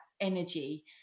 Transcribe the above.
energy